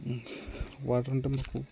water ఉంటుంది